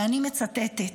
ואני מצטטת.